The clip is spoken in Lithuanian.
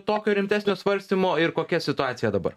tokio rimtesnio svarstymo ir kokia situacija dabar